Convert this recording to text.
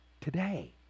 today